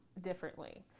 differently